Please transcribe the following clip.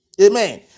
Amen